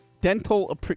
Dental